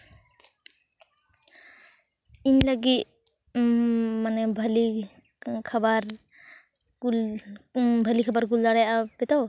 ᱤᱧ ᱞᱟᱹᱜᱤᱫ ᱢᱟᱱᱮ ᱵᱷᱟᱹᱞᱤ ᱠᱷᱟᱵᱟᱨ ᱠᱩᱞ ᱵᱷᱟᱹᱞᱤ ᱠᱷᱟᱵᱟᱨ ᱠᱩᱞ ᱫᱟᱲᱮᱭᱟᱜᱼᱟ ᱯᱮ ᱛᱚ